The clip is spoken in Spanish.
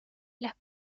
las